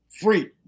free